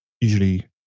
usually